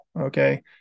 okay